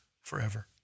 forever